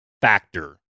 factor